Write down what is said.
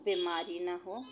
बिमारी न हो